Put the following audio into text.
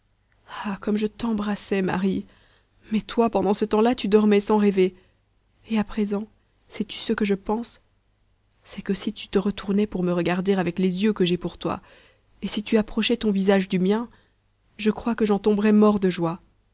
ah comme je t'embrassais marie mais toi pendant ce temps-là tu dormais sans rêver et à présent sais-tu ce que je pense c'est que si tu te retournais pour me regarder avec les yeux que j'ai pour toi et si tu approchais ton visage du mien je crois que j'en tomberais mort de joie